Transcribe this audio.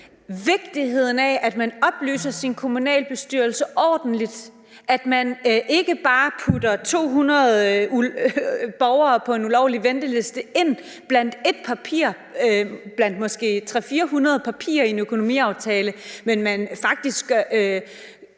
vigtigheden af, at man oplyser sin kommunalbestyrelse ordentligt, altså at man ikke bare putter 200 borgere på en ulovlig venteliste ind blandt ét papir blandt måske 3-400 papirer i en økonomiaftale, men at man faktisk